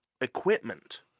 equipment